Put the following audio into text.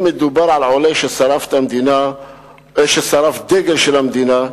אם מדובר על עולה ששרף דגל של המדינה,